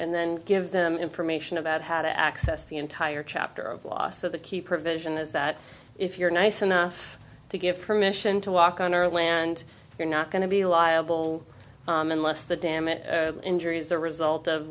and then give them information about how to access the entire chapter of law so the key provision is that if you're nice enough to give permission to walk on our land you're not going to be liable and less the damage injury is the result of